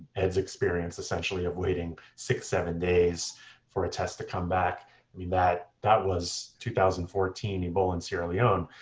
ed's experience, essentially, of waiting six, seven days for a test to come back. i mean, that that was two thousand and fourteen, ebola in sierra leone.